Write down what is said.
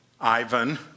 Ivan